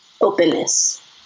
openness